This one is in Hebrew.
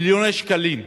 מיליוני שקלים,